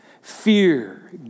Fear